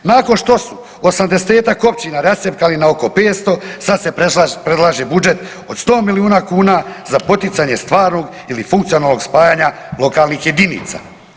Nakon što su 80-tak općina rascjepkali na oko 500 sad se predlaže budžet od 100 milijuna kuna za poticanje stvarnog ili funkcionalnog spajanja lokalnih jedinica.